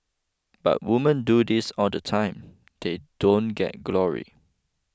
but women do this all the time they don't get glory